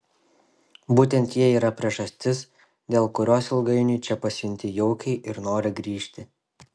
būtent jie yra priežastis dėl kurios ilgainiui čia pasijunti jaukiai ir nori grįžti